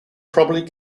probably